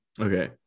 Okay